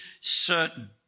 certain